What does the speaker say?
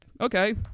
okay